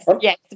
yes